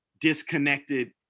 disconnected